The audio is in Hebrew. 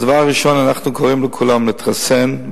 דבר ראשון, אנחנו קוראים לכולם להתחסן.